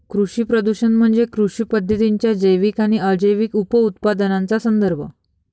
कृषी प्रदूषण म्हणजे कृषी पद्धतींच्या जैविक आणि अजैविक उपउत्पादनांचा संदर्भ